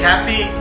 Happy